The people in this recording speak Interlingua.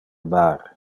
mar